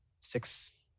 six